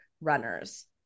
runners